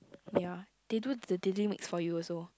ya they do the daily mix for you also